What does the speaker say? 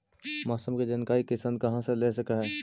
मौसम के जानकारी किसान कहा से ले सकै है?